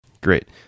Great